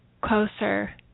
closer